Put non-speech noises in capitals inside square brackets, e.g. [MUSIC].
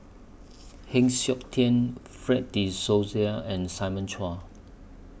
[NOISE] Heng Siok Tian Fred De Souza and Simon Chua